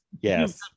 yes